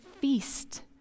feast